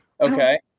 Okay